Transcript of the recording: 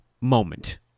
moment